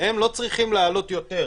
הם לא צריכים לעלות יותר,